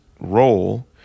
role